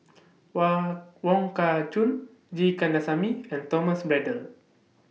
Wong Kah Chun G Kandasamy and Thomas Braddell